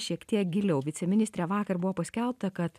šiek tiek giliau viceministre vakar buvo paskelbta kad